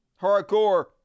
Hardcore